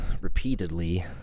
repeatedly